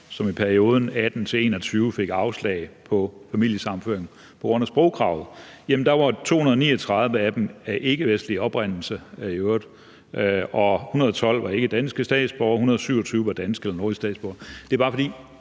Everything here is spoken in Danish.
som i perioden 2018-2021 fik afslag på familiesammenføring på grund af sprogkravet, var 239 af dem af ikkevestlig oprindelse, 112 var ikke danske statsborgere, og 127 var danske eller nordiske statsborgere. Det er bare, fordi